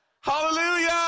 Hallelujah